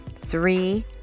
Three